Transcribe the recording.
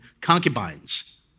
concubines